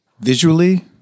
Visually